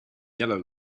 yellow